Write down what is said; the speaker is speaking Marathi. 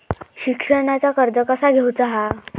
शिक्षणाचा कर्ज कसा घेऊचा हा?